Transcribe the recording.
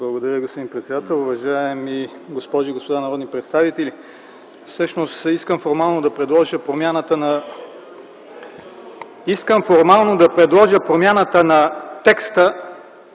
Благодаря, господин председател. Уважаеми госпожи и господа народни представители, всъщност искам формално да предложа промяната на текста